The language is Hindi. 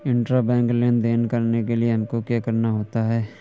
इंट्राबैंक लेन देन करने के लिए हमको क्या करना होता है?